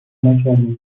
نکردین